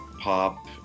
pop